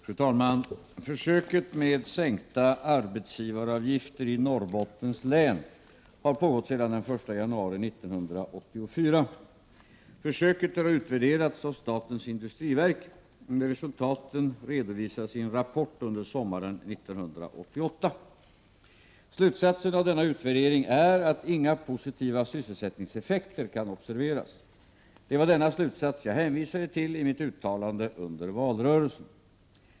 Fru talman! Försöket med sänkta arbetsgivaravgifter i Norrbottens län har pågått sedan den 1 januari 1984. Försöket har utvärderats av statens industriverk, och resultaten redovisades i en rapport under sommaren 1988. Slutsatsen av denna utvärdering är att inga positiva sysselsättningseffekter kan observeras. Det var denna slutsats jag hänvisade till i mitt uttalande under valrörelsen.